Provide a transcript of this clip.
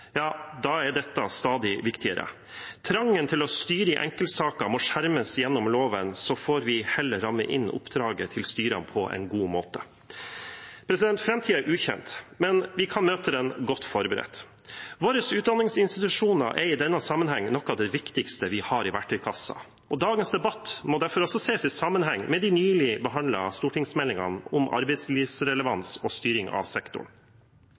da blir dette stadig viktigere. Trangen til å styre i enkeltsaker må skjermes gjennom loven, så får vi heller ramme inn oppdraget til styrene på en god måte. Framtiden er ukjent, men vi kan møte den godt forberedt. Våre utdanningsinstitusjoner er i denne sammenheng noe av det viktigste vi har i verktøykassen. Dagens debatt må derfor også ses i sammenheng med de nylig behandlede stortingsmeldingene om arbeidslivsrelevans og styring av sektoren.